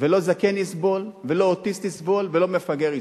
ולא זקן יסבול ולא אוטיסט יסבול ולא מפגר יסבול.